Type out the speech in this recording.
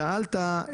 שאלת,